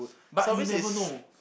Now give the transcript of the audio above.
but you never know